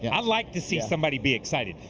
yeah i like to see somebody be excited.